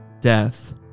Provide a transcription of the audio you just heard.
death